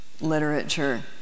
literature